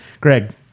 Greg